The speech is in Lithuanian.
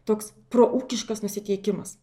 toks proūkiškas nusiteikimas